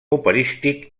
operístic